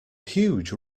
huge